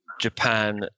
Japan